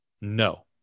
No